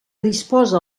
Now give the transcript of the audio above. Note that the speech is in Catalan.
disposa